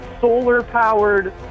solar-powered